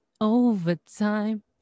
overtime